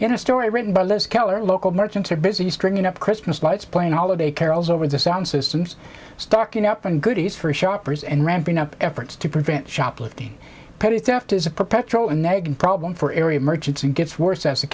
in a story written by liz keller local merchants are busy stringing up christmas lights playing holiday carols over the sound systems stocking up on goodies for shoppers and ramping up efforts to prevent shoplifting petty theft is a perpetual a neg problem for area merchants and gets worse as